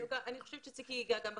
אני חושבת שציקי ייגע גם בחיילות.